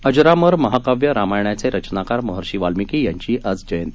अजरामर महाकाव्य रामायणाचे रचनाकार महर्षी वाल्मिकी यांची आज जयंती